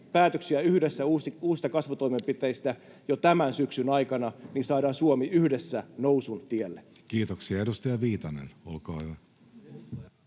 päätöksiä yhdessä uusista kasvutoimenpiteistä jo tämän syksyn aikana, niin saadaan Suomi yhdessä nousun tielle. Kiitoksia. — Edustaja Viitanen, olkaa hyvä.